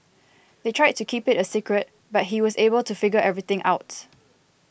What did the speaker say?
they tried to keep it a secret but he was able to figure everything out